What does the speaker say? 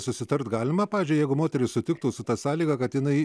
susitart galima pavyzdžiui jeigu moteris sutiktų su ta sąlyga kad jinai